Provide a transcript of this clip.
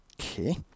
Okay